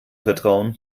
vertrauen